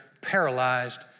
paralyzed